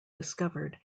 discovered